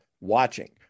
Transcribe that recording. watching